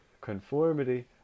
Conformity